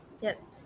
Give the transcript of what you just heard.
Yes